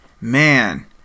Man